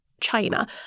China